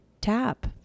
tap